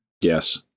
Yes